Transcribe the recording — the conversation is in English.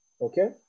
okay